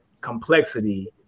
complexity